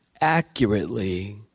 accurately